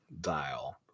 dial